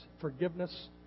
forgiveness